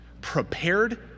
prepared